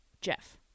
Jeff